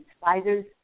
spiders